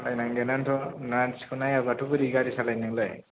सालायनांगोनानोथ' मानसिखौ नायाबाथ' बोरै गारि सालायनो नोंलाय